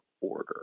order